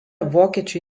vokiečių